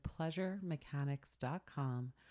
PleasureMechanics.com